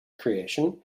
creation